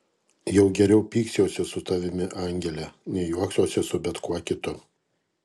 jau geriau pyksiuosi su tavimi angele nei juoksiuosi su bet kuo kitu